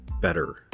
better